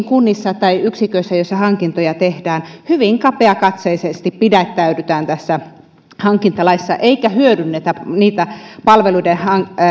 kunnissa tai yksiköissä joissa hankintoja tehdään hyvin kapeakatseisesti pidättäydytään tässä hankintalaissa eikä hyödynnetä muita palveluiden